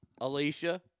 Alicia